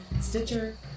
stitcher